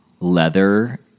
leather